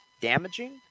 damaging